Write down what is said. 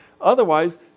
Otherwise